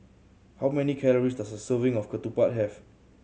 how many calories does a serving of ketupat have